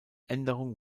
änderung